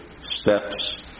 steps